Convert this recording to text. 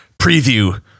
preview